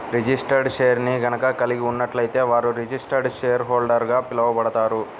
registered షేర్ని గనక కలిగి ఉన్నట్లయితే వారు రిజిస్టర్డ్ షేర్హోల్డర్గా పిలవబడతారు